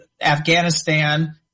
Afghanistan